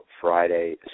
Friday